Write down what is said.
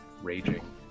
raging